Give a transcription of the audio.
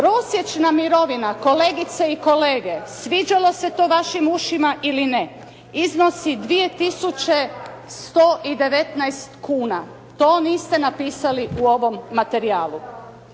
Prosječna mirovina, kolegice i kolege, sviđalo se to vašim ušima ili ne iznosi 2119 kuna. To niste napisali u ovom materijalu